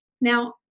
Now